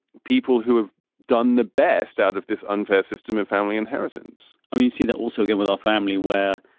people who have done the best out of this unfair system of family inheritance, um you see that also again with our family where,